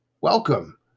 Welcome